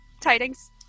Tidings